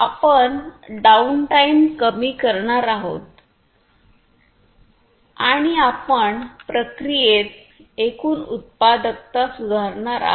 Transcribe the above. आपण down time कमी करणार आहात आणि आपण प्रक्रियेत एकूण उत्पादकता सुधारणार आहात